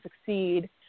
succeed